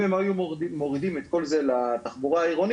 אם הם לא היו מורידים את כל זה לתחבורה העירונית,